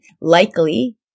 Likely